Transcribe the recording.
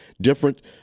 different